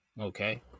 Okay